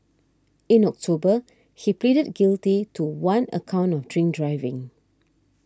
in October he pleaded guilty to one account of drink driving